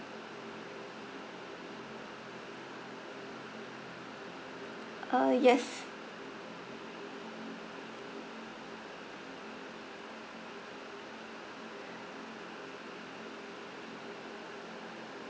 uh yes